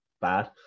bad